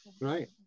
Right